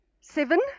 Seven